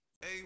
Hey